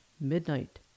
Midnight